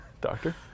Doctor